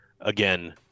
again